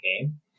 game